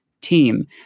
team